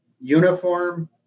uniform